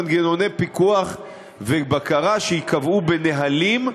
מנגנוני פיקוח ובקרה שייקבעו בנהלים,